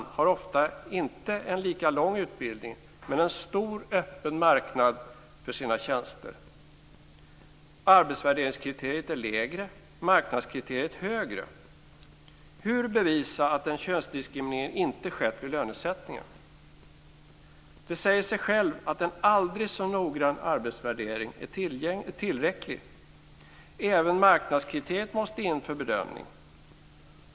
Han har ofta en inte lika lång utbildning, men han har en stor öppen marknad för sina tjänster. Arbetsvärderingskriteriet är lägre, men marknadsvärderingskriteriet är högre. Hur bevisas att en könsdiskriminering inte har skett vid lönesättningen? Det säger sig självt att en aldrig så noggrann arbetsvärdering är tillräcklig. Även marknadskriteriet måste in för bedömning.